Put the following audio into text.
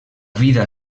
vida